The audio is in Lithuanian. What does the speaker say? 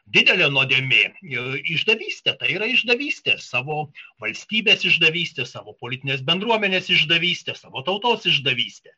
didelė nuodėmė išdavystė tai yra išdavystė savo valstybės išdavystė savo politinės bendruomenės išdavystė savo tautos išdavystė